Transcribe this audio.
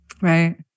Right